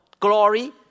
Glory